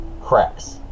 cracks